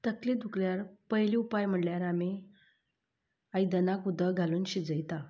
तकली दुखल्यार पयली उपाय म्हणल्यार आमी आयदनांत उदक घालून शिजयता